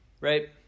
right